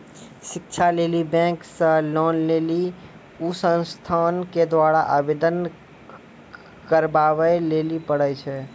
शिक्षा लेली बैंक से लोन लेली उ संस्थान के द्वारा आवेदन करबाबै लेली पर छै?